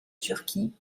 turquie